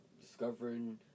discovering